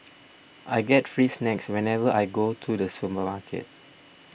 I get free snacks whenever I go to the supermarket